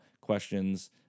questions